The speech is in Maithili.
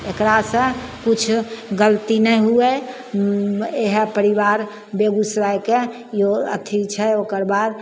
एकरा से किछु गलती नहि हुए एहए परिबार बेगुसरायके यो अथी छै ओकरबाद